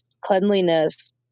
cleanliness